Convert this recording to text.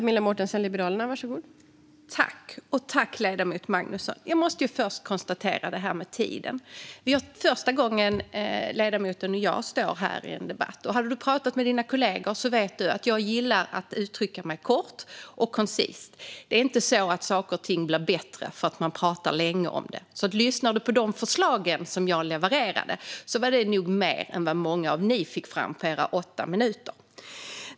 Fru talman! Jag måste först kommentera detta med tiden. Det är första gången du och jag står här i en debatt, ledamoten Magnusson. Hade du pratat med dina kollegor hade du vetat att jag gillar att uttrycka mig kort och koncist. Det är inte så att saker och ting blir bättre för att man pratar länge. De förslag jag levererade var nog mer än vad många av er fick fram under era åtta minuter.